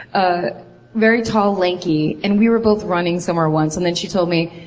ah very tall, lanky. and we were both running somewhere once, and then she told me